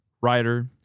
writer